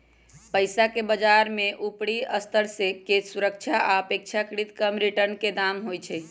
पइसाके बजार में उपरि स्तर के सुरक्षा आऽ अपेक्षाकृत कम रिटर्न के दाम होइ छइ